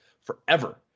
forever